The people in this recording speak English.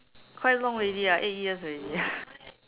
quite long already ah eight years already